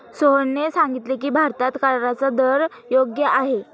सोहनने सांगितले की, भारतात कराचा दर योग्य आहे